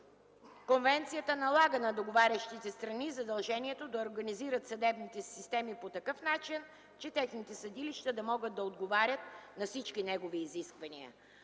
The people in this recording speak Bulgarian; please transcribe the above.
конвенцията налага на договарящите страни задължението да организират съдебните си системи по такъв начин, че техните съдилища да могат да отговарят на всички негови изисквания.